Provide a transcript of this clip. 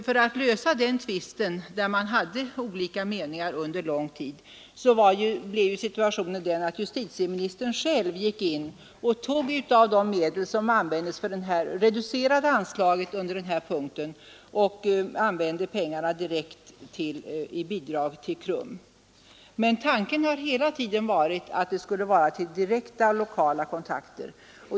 För att lösa den tvist, i vilken man under lång tid hade olika meningar, ingrep justitieministern själv och tog av de medel, som användes till det reducerade anslaget under denna punkt, och använde pengarna till direkt bidrag till KRUM. Men tanken har hela tiden varit att pengarna skulle gå till direkta lokala kontakter.